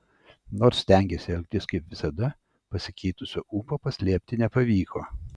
nors stengėsi elgtis kaip visada pasikeitusio ūpo paslėpti nepavyko